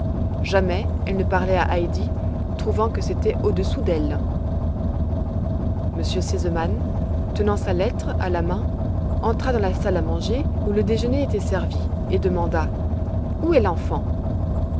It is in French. jamais elle ne parlait à heidi trouvant que c'était au-dessous d'elle m r sesemann tenant sa lettre à la main entra dans la salle à manger où le déjeuner était servi et demanda où est l'enfant